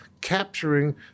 capturing